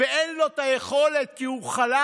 ואין לו את היכולת, כי הוא חלש.